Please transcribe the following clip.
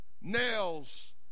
nails